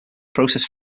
process